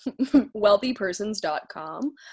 wealthypersons.com